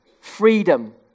Freedom